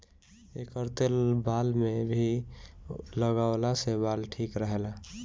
एकर तेल बाल में भी लगवला से बाल ठीक रहेला